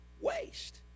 waste